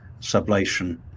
Sublation